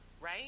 Right